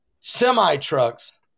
semi-trucks